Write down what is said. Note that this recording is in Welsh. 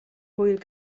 hwyl